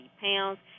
pounds